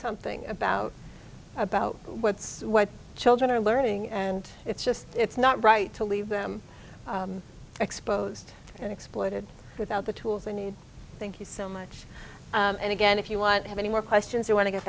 something about about what's what children are learning and it's just it's not right to leave them exposed and exploited without the tools they need thank you so much and again if you want have any more questions you want to get